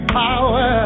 power